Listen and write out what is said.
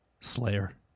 Slayer